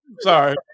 Sorry